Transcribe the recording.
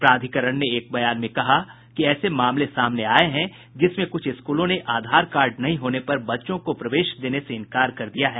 प्राधिकरण ने एक बयान में कहा है कुछ ऐसे मामले सामने आए हैं जिसमें कुछ स्कूलों ने आधार कार्ड नहीं होने पर बच्चों को प्रवेश देने से इंकार कर दिया है